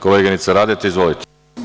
Koleginice Radeta, izvolite.